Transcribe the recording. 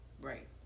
right